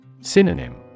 Synonym